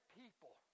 people